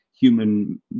human